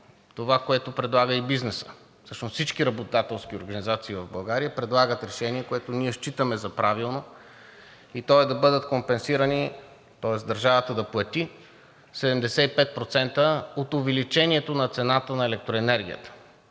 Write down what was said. това, което предлага и бизнесът. Всъщност всички работодателски организации в България предлагат решение, което ние считаме за правилно, и то е да бъдат компенсирани, тоест държавата да плати 75% от увеличението на цената на електроенергията.